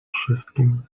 wszystkim